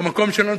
במקום שלנו,